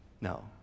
No